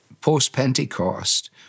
post-Pentecost